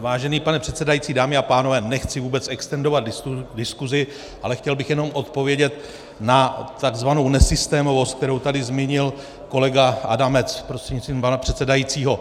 Vážený pane předsedající, dámy a pánové, nechci vůbec extendovat diskusi, ale chtěl bych jenom odpovědět na tzv. nesystémovost, kterou tady zmínil kolega Adamec prostřednictvím pana předsedajícího.